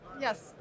Yes